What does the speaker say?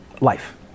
life